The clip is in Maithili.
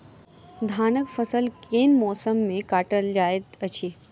धानक फसल केँ मौसम मे काटल जाइत अछि?